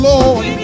Lord